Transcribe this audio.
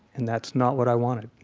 and that's not what i wanted